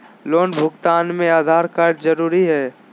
Loan भुगतान में Aadhaar card जरूरी है?